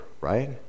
right